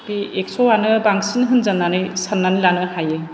बे एक्सआनो बांसिन होनजानानै सान्नानै लानो हायो